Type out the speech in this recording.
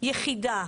יחידה,